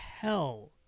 hell